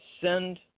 send